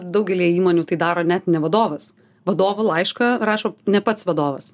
daugelyje įmonių tai daro net ne vadovas vadovo laišką rašo ne pats vadovas